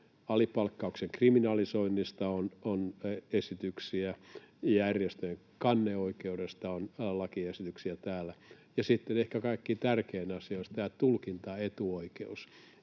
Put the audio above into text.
alipalkkauksen kriminalisoinnista on esityksiä, ja järjestöjen kanneoikeudesta on lakiesityksiä täällä. Sitten ehkä kaikkein tärkein asia olisi tämä tulkintaetuoikeus.